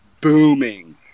booming